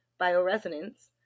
bioresonance